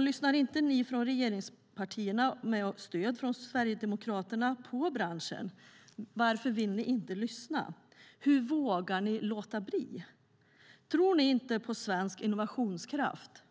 Lyssnar inte ni från regeringspartierna med stöd från Sverigedemokraterna på branschen? Varför vill ni inte lyssna? Hur vågar ni låta bli? Tror ni inte på svensk innovationskraft?